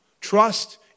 Trust